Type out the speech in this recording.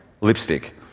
Lipstick